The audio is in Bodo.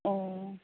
अ'